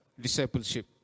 discipleship